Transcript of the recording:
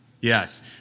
Yes